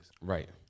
Right